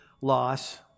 loss